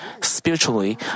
Spiritually